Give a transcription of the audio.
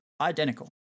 identical